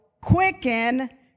quicken